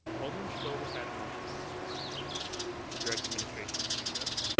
alderman chabot has had a motion on the floor to direct administration to do this.